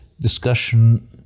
discussion